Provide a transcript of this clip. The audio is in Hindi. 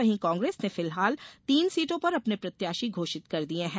वहीं कांग्रेस ने फिलहाल तीन सीटों पर अपने प्रत्याशी घोषित कर दिये हैं